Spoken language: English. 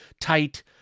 tight